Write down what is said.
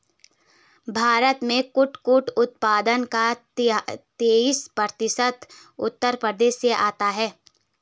भारत में कुटकुट उत्पादन का तेईस प्रतिशत उत्तर प्रदेश से आता है